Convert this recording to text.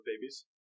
babies